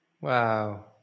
Wow